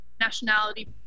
nationality